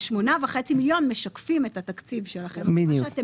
ה-8.5 מיליון משקפים את התקציב שלכם אבל מה שאתם